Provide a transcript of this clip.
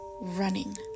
Running